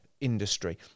industry